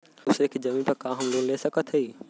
दूसरे के जमीन पर का हम लोन ले सकत हई?